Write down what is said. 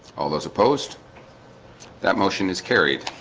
all those opposed that motion is carried